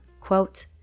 Quote